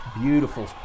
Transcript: Beautiful